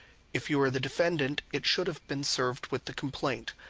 if you are the defendant, it should have been served with the complaint.